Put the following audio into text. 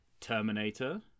Terminator